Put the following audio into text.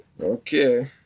Okay